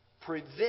prevent